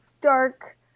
dark